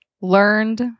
learned